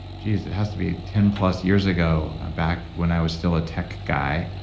geez, it has to be ten plus years ago, back when i was still a tech guy,